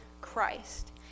Christ